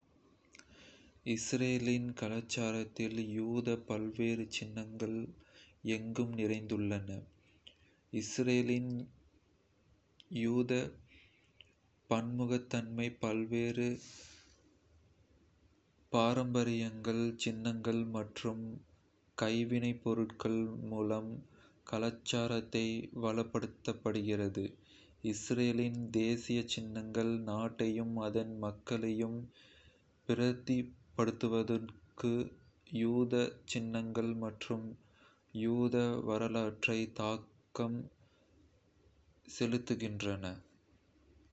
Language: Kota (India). இஸ்ரேலின் கலாச்சாரத்தில் யூத பல்வேறு சின்னங்கள் எங்கும் நிறைந்துள்ளன. இஸ்ரேலின் யூத பன்முகத்தன்மை பல்வேறு பாரம்பரியங்கள், சின்னங்கள் மற்றும் கைவினைப்பொருட்கள் மூலம் கலாச்சாரத்தை வளப்படுத்துகிறது. இஸ்ரேலின் தேசிய சின்னங்கள் நாட்டையும் அதன் மக்களையும் பிரதிநிதித்துவப்படுத்த யூத சின்னங்கள் மற்றும் யூத வரலாற்றால் தாக்கம் செலுத்துகின்றன.